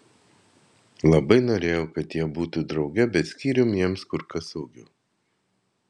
labai norėjau kad jie būtų drauge bet skyrium jiems kur kas saugiau